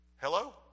Hello